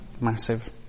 massive